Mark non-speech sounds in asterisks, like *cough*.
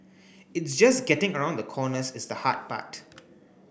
it's just getting *noise* around the corners is the hard part